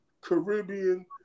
Caribbean